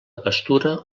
pastura